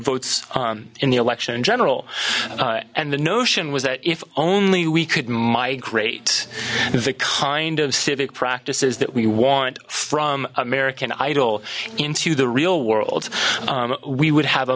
votes in the election in general and the notion was that if only we could migrate the kind of civic practices that we want from american idol into the real world we would have a